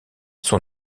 son